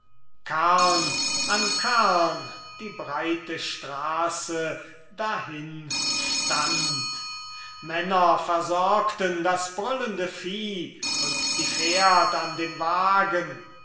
an karrn die breite straße dahin stand männer versorgten das brüllende vieh und die pferd an den wagen